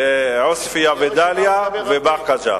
עוספיא ודאליה ובאקה ג'ת.